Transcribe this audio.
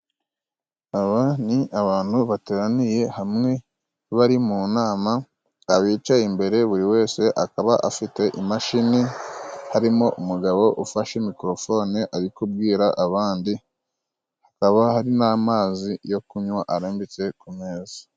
Aba ni abantu bateraniye hamwe bari mu nama. Abicaye imbere buri wese akaba afite imashini harimo umugabo ufashe mikorofone ari kubwira abandi, hakaba hari n'amazi yo kunywa arambitse ku meza.